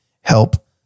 help